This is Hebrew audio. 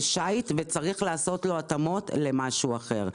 לשיט וצריך לעשות לו התאמות למשהו אחר.